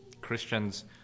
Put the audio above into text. Christians